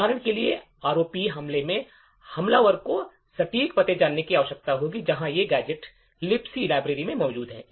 उदाहरण के लिए रोप हमले में हमलावर को सटीक पते जानने की आवश्यकता होगी जहां ये गैजेट लिबक लाइब्रेरी में मौजूद हैं